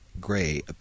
Gray